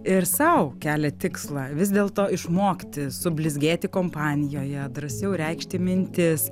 ir sau kelia tikslą vis dėlto išmokti sublizgėti kompanijoje drąsiau reikšti mintis